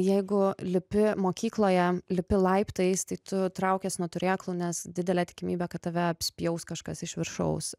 jeigu lipi mokykloje lipi laiptais tai tu traukies nuo turėklų nes didelė tikimybė kad tave apspjaus kažkas iš viršaus